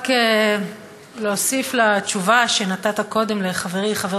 רק להוסיף לתשובה שנתת קודם לחברי חבר